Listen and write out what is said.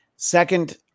Second